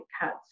cuts